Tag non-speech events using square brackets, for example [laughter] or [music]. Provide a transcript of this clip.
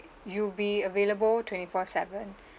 you'll be available twenty-four seven [breath]